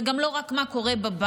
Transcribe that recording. זה גם לא רק מה שקורה בבית,